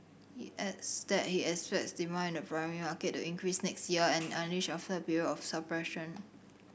he adds that he expects demand in the primary market to increase next year an unleashed after a period of suppression